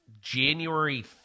January